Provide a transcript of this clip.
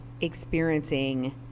experiencing